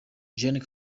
juliana